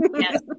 Yes